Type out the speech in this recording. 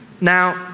Now